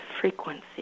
frequency